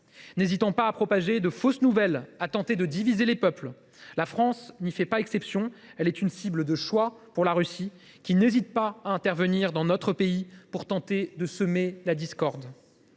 n’hésitant pas à propager de fausses nouvelles pour tenter de diviser les peuples. La France n’y fait pas exception : elle est une cible de choix pour la Russie, qui n’hésite pas à intervenir dans notre pays pour tenter de semer la discorde.